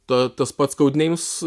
ta tas pats codenames